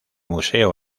museo